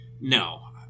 No